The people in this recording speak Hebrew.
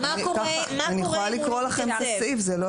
אני יכולה לקרוא את הסעיף, זה סעיף 18 לחוק.